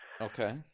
Okay